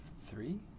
three